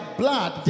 blood